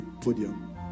podium